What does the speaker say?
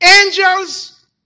angels